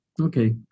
Okay